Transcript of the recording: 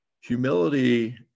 Humility